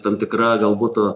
tam tikra gal būtų